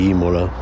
Imola